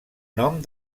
nom